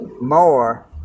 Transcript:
more